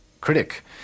critic